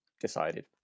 Decided